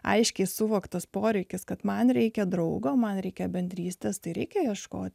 aiškiai suvoktas poreikis kad man reikia draugo man reikia bendrystės tai reikia ieškoti